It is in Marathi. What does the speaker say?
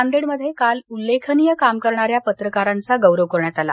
नांदेडमध्येही काल उल्लेखनीय काम करणाऱ्या पत्रकारांचा गौरव करण्यात आला